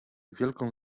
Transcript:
wielką